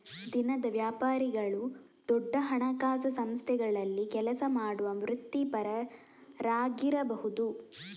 ದಿನದ ವ್ಯಾಪಾರಿಗಳು ದೊಡ್ಡ ಹಣಕಾಸು ಸಂಸ್ಥೆಗಳಲ್ಲಿ ಕೆಲಸ ಮಾಡುವ ವೃತ್ತಿಪರರಾಗಿರಬಹುದು